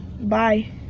Bye